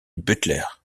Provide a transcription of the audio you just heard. butler